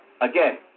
Again